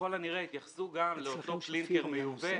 שככל הנראה יתייחסו גם לאותו קלינקר מיובא